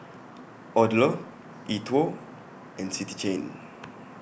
Odlo E TWOW and City Chain